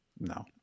No